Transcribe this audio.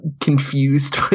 confused